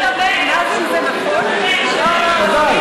חבל.